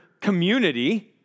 community